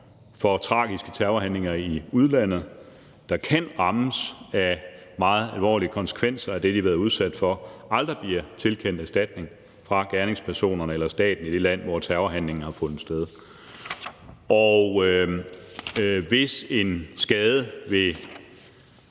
for tragiske terrorhandlinger i udlandet, der kan rammes af meget alvorlige konsekvenser af det, de har været udsat for, aldrig bliver tilkendt erstatning fra gerningspersonerne eller staten i det land, hvor terrorhandlingen har fundet sted. Og ved en skade som